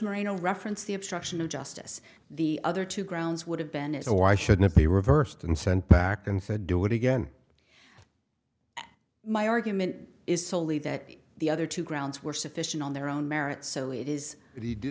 mariano reference the obstruction of justice the other two grounds would have been as a why should not be reversed and sent back and said do it again my argument is solely that the other two grounds were sufficient on their own merits so it is